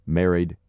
married